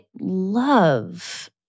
love